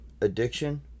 addiction